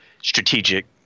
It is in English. strategic